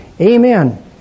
Amen